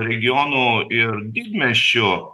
regionų ir didmiesčių